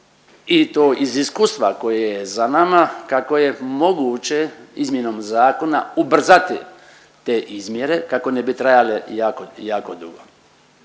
i to iz iskustva koje je za nama kako je moguće izmjenom zakona ubrzati te izmjere kako ne bi trajale jako dugo,